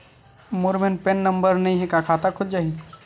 मोर मेर PAN number नई हे का खाता खुल जाही?